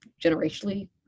generationally